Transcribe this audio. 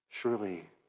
Surely